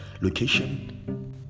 Location